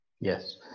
Yes